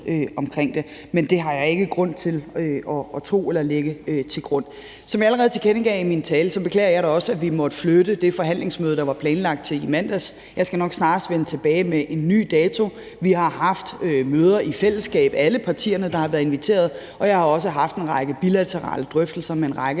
omkring det, men det har jeg ikke grund til at tro eller noget at lægge til grund for. Som jeg allerede tilkendegav i min tale, beklager jeg da også, at vi måtte flytte det forhandlingsmøde, der var planlagt til i mandags. Jeg skal nok snarest vende tilbage med en ny dato. Vi har haft møder i fællesskab med alle partierne, der har været inviteret, og jeg har også haft en række bilaterale drøftelser med en række